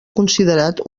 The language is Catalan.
considerat